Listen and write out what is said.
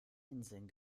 inseln